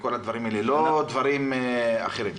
לא דברים אחרים?